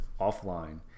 offline